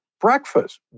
breakfast